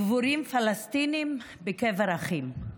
קבורים פלסטינים בקבר אחים.